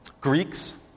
Greeks